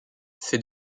fait